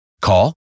Call